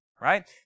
right